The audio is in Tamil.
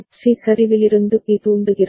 சி சரிவிலிருந்து பி தூண்டுகிறது